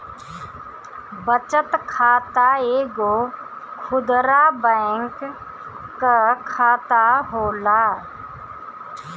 बचत खाता एगो खुदरा बैंक कअ खाता होला